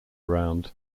around